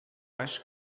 acho